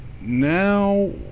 now